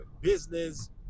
business